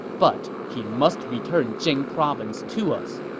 but he must return jing province to us